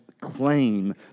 claim